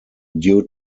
due